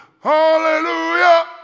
hallelujah